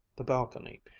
the balcony,